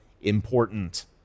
important